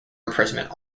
imprisonment